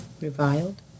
Reviled